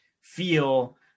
feel